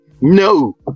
No